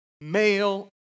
male